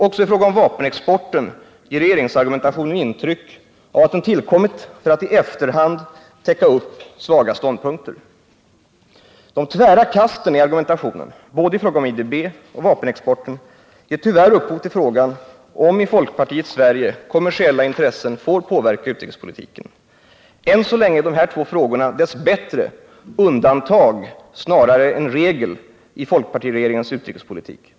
Också i fråga om vapenexporten ger regeringsargumentationen intryck av att den tillkommit för att i efterhand täcka upp svaga ståndpunkter De tvära kasten i argumentationen i fråga om både IDB och vapenexporten ger tyvärr upphov till frågan om i folkpartiets Sverige kommersiella intressen får påverka utrikespolitiken. Än så länge är de här två frågorna dess bättre undantag snarare än regel i folkpartiregeringens utrikespolitik.